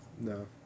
No